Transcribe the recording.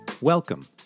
Welcome